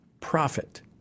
profit